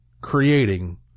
creating